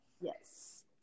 Yes